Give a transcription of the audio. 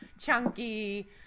chunky